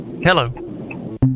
Hello